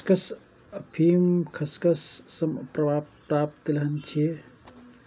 खसखस अफीम खसखस सं प्राप्त तिलहन छियै